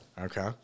Okay